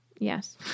yes